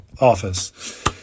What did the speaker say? office